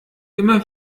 immer